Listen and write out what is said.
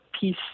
peace